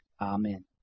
Amen